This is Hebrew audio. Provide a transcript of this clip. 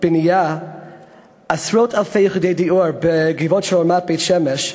בנייה לעשרות אלפי יחידות דיור בגבעות של רמת בית-שמש.